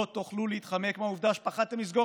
לא תוכלו להתחמק מהעובדה שפחדתם לסגור